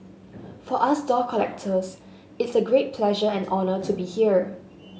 for us doll collectors it's a great pleasure and honour to be here